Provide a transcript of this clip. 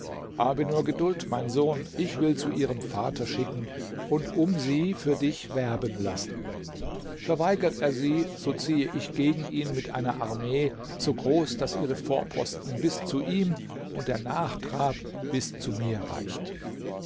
habe nur geduld mein sohn ich will zu ihrem vater schicken und um sie für dich werben lassen verweigert er sie so ziehe ich gegen ihn mit einer armee so groß daß ihre vorposten bis zu ihm und der nachtrab bis zu mir reicht